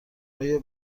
آیا